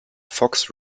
fox